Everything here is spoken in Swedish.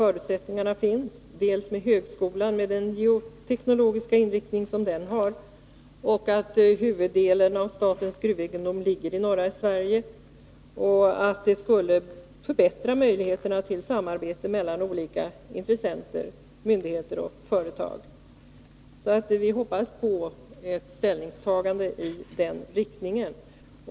Vi har högskolan, med dess geotekniska inriktning, och huvuddelen av statens gruvegendom ligger i Norrbotten. En sådan utveckling skulle förbättra möjligheterna till samarbete mellan olika intressenter, myndigheter och företag. Vi hoppas alltså på ett ställningstagande i den här riktningen.